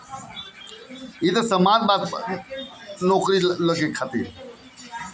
व्यक्तिगत लोन नौकरी वाला लोग के ही मिलत हवे